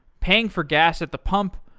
paying for gas at the pump,